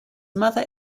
mother